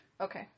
Okay